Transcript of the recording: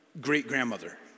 great-grandmother